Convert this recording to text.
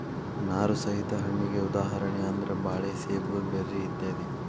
ನಾರು ಸಹಿತ ಹಣ್ಣಿಗೆ ಉದಾಹರಣೆ ಅಂದ್ರ ಬಾಳೆ ಸೇಬು ಬೆರ್ರಿ ಇತ್ಯಾದಿ